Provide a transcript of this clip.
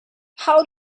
how